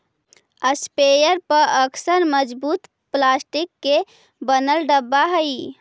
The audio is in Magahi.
स्प्रेयर पअक्सर मजबूत प्लास्टिक के बनल डब्बा हई